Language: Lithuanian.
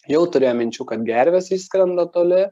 jau turėjo minčių kad gervės išskrenda toli